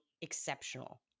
exceptional